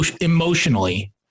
emotionally